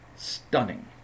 stunning